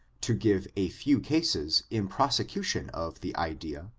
to give a few cases in prosecution of the idea,